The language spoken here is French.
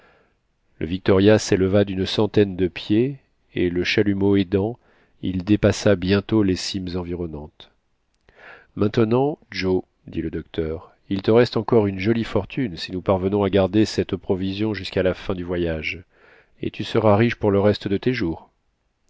le victoria s'éleva d'une centaine de pieds et le chalumeau aidant il dépassa bientôt les cimes environnantes maintenant joe dit le docteur il te reste encore une jolie fortune si nous parvenons à garder cette provision jusqu'à la fin du voyage et tu seras riche pour le reste de tes jours